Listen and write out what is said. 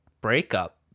breakup